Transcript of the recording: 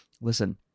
Listen